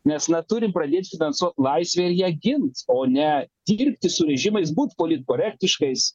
nes na turim pradėt finansuot laisvę ir ją gint o ne dirbti su režimais būt politkorektiškais